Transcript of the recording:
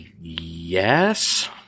Yes